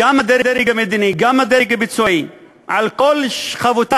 גם הדרג המדיני, גם הדרג הביצועי, על כל שכבותיו,